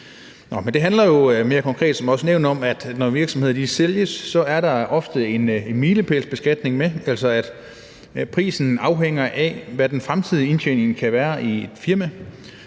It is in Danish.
når virksomheder sælges, er der ofte en milepælsbeskatning med, altså at prisen afhænger af, hvad den fremtidige indtjening i firmaet